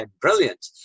brilliant